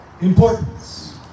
importance